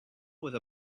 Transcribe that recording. with